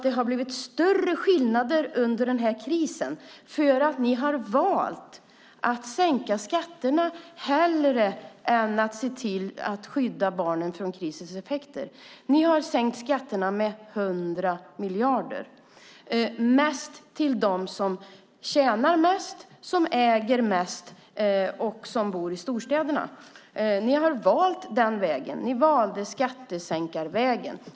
Det har blivit större skillnader under den här krisen för att ni har valt att sänka skatterna hellre än att se till att skydda barnen från krisens effekter. Ni har sänkt skatterna med 100 miljarder, mest till dem som tjänar mest, som äger mest och som bor i storstäderna. Ni har valt den vägen. Ni valde skattesänkarvägen.